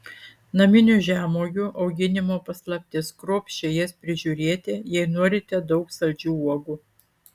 naminių žemuogių auginimo paslaptis kruopščiai jas prižiūrėti jei norite daug saldžių uogų